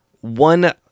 One